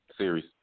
series